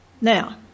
Now